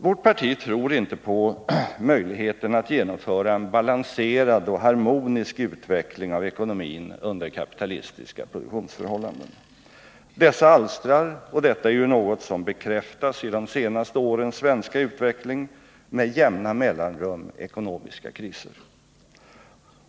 Vårt parti tror inte på möjligheten att genomföra en balanserad och harmonisk utveckling av ekonomin under kapitalistiska produktionsförhållanden. Dessa alstrar, och detta är ju något som bekräftas i de senaste årens svenska utveckling, med jämna mellanrum ekonomiska kriser.